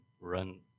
run